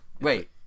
Wait